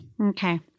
Okay